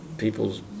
People's